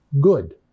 good